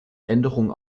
änderung